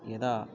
यदा